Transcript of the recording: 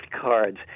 cards